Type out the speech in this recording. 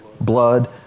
blood